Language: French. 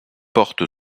porte